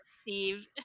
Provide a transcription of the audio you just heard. Steve